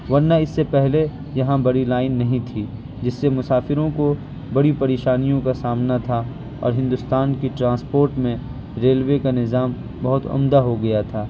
ورنہ اس سے پہلے یہاں بڑی لائن نہیں تھی جس سے مسافروں کو بڑی پریشانیوں کا سامنا تھا اور ہندوستان کی ٹرانسپورٹ میں ریلوے کا نظام بہت عمدہ ہو گیا تھا